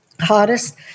hardest